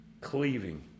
Cleaving